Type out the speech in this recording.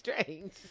strange